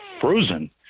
frozen